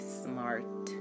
smart